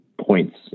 points